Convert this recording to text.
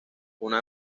una